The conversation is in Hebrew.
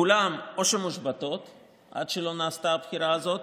כולן או שמושבתות עד שלא נעשתה הבחירה הזאת,